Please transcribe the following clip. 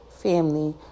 Family